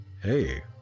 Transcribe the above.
Hey